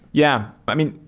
yeah. i mean,